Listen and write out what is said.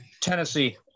Tennessee